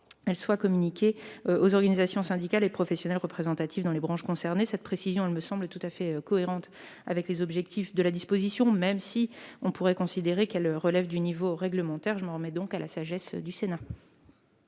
soient communiquées aux organisations syndicales et patronales représentatives dans les branches professionnelles concernées. Cette précision me semble tout à fait cohérente avec les objectifs de la disposition, même si l'on pourrait considérer qu'elle relève du niveau réglementaire. Je m'en remets donc à la sagesse du Sénat.